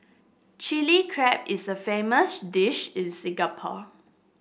Chilli Crab is a famous dish in Singapore